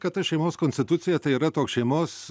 kad ta šeimos konstitucija tai yra toks šeimos